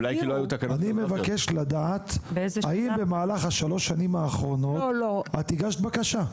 אני מבקש לדעת האם במהלך שלוש השנים האחרונות את הגשת בקשה?